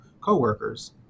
coworkers